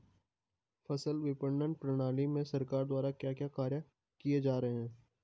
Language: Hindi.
फसल विपणन प्रणाली में सरकार द्वारा क्या क्या कार्य किए जा रहे हैं?